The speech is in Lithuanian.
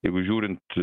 jeigu žiūrint